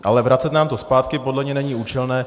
Ale vracet nám to zpátky podle mě není účelné.